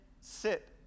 sit